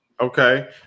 Okay